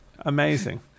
amazing